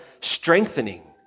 strengthening